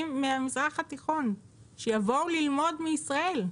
מהמזרח התיכון שיבואו ללמוד מישראל,